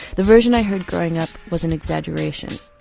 the version i heard growing up was an exaggeration,